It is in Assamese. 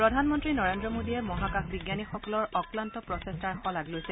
প্ৰধানমন্ত্ৰী নৰেন্দ্ৰ মোদীয়ে মহাকাশ বিজ্ঞানীসকলৰ অক্লান্ত প্ৰচেষ্টাৰ শলাগ লৈছে